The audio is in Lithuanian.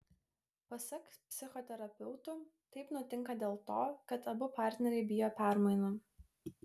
pasak psichoterapeutų taip nutinka dėl to kad abu partneriai bijo permainų